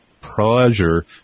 pleasure